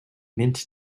mint